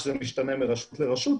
זה משתנה מרשות לרשות,